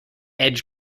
edge